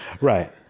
right